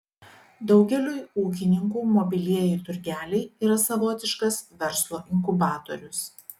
daugeliui ūkininkų mobilieji turgeliai yra savotiškas verslo inkubatorius